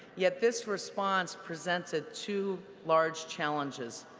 yet this response presents ah two large challenges.